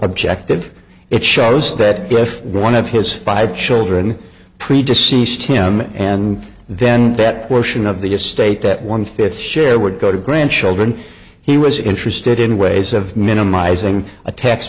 objective it shows that if one of his five children preaches seized him and then bet portion of the estate that one fifth share would go to grandchildren he was interested in ways of minimising a tax